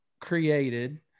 created